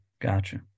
Gotcha